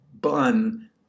bun